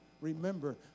Remember